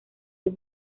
del